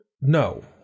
No